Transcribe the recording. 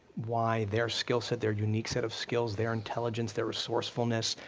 why their skill set, their unique set of skills, their intelligence, their resourcefulness,